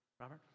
Robert